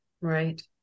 Right